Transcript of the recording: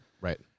Right